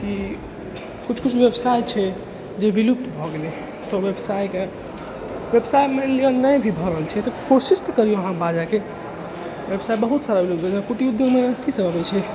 कि किछु किछु बेबसाइ छै जे विलुप्त भऽ गेलै हँ ओहि बेबसाइके बेबसाइ मानि लिअ नहि भी भऽ रहल छै तऽ कोशिश तऽ करिऔ अहाँ बाजैके बेबसाइ बहुत सारा भेल जेना कुटीर उद्योगमे की सब अबै छै